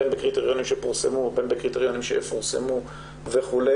בין בקריטריונים שפורסמו ובין בקריטריונים שיפורסמו וכו'.